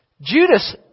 Judas